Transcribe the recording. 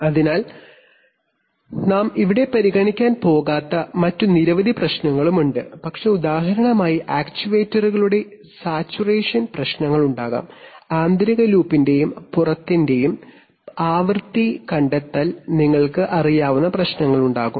അതിനാൽ ഞങ്ങൾ ഇവിടെ പരിഗണിക്കാൻ പോകാത്ത മറ്റ് നിരവധി പ്രശ്നങ്ങളുണ്ട് പക്ഷേ ഉദാഹരണമായി ആക്യുവേറ്ററുകളുടെ സാച്ചുറേഷൻ പ്രശ്നങ്ങളുണ്ടാകാം ആന്തരിക ലൂപ്പിന്റെയും പുറത്തിന്റെയും ആവൃത്തി കണ്ടെത്തൽ നിങ്ങൾക്ക് അറിയാവുന്ന പ്രശ്നങ്ങളുണ്ടാകും